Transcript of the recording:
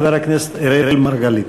חבר הכנסת אראל מרגלית.